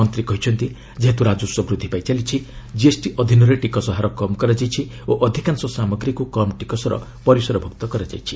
ମନ୍ତ୍ରୀ କହିଛନ୍ତି ଯେହେତୁ ରାଜସ୍ୱ ବୃଦ୍ଧି ପାଇ ଚାଲିଛି କିଏସଟି ଅଧୀନରେ ଟିକସ ହାର କମ୍ କରାଯାଇଛି ଓ ଅଧିକାଂଶ ସାମଗ୍ରୀକୁ କମ୍ ଟିକସର ପରିସରଭୁକ୍ତ କରାଯାଇଛି